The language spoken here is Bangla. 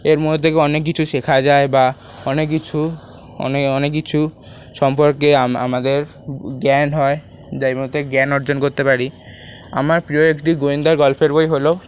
এর মধ্যে থেকে অনেক কিছু শেখা যায় বা অনেক কিছু অনেক অনেক কিছু সম্পর্কে আম আমাদের জ্ঞান হয় যার মধ্যে জ্ঞান অর্জন করতে পারি আমার প্রিয় একটি গোয়েন্দার গল্পের বই হল